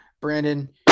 brandon